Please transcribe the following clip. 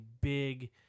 big